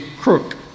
crook